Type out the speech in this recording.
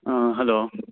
hello